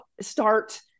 start